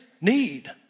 need